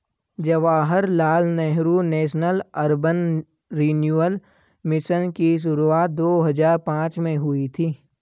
Jawaharlal Nehru national urban renewal mission की शुरुआत दो हज़ार पांच में हुई थी